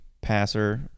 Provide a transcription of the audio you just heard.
passer